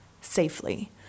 safely